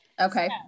okay